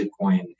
Bitcoin